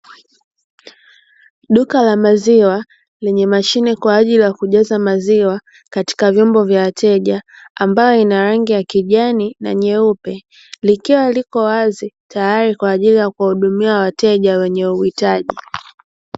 Duka la maziwa lenye mashine kwa ajili ya kujaza maziwa katika vyombo vya wateja ambali lina rangi ya kijani na nyeupe likiwa liko wazi tayari kwa ajili ya kuwahudumia wateja wenye uhitaji.